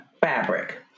fabric